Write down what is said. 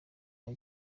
cya